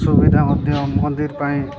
ସୁବିଧା ମଧ୍ୟ ମନ୍ଦିର ପାଇଁ